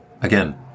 again